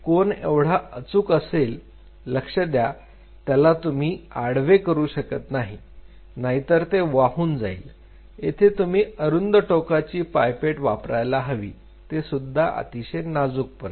कोन जेवढा अचूक असेल लक्ष द्या त्याला तुम्ही आडवे करू शकत नाही नाहीतर ते वाहून जाईल येथे तुम्ही अरुंद टोकाची पायपेट वापरायला हवी ते सुद्धा अतिशय नाजूकपणे